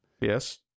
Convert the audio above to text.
Yes